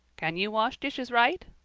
can you wash dishes right?